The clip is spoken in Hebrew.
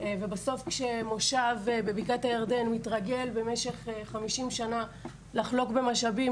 ובסוף כשמושב בבקעת הירדן מתרגל במשך 50 שנה לחלוק במשאבים,